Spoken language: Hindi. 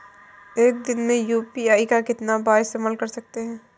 एक दिन में यू.पी.आई का कितनी बार इस्तेमाल कर सकते हैं?